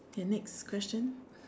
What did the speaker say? K next question